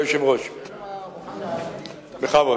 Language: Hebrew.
ברשות היושב-ראש, בכבוד.